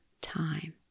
time